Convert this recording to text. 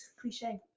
Cliche